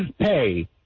pay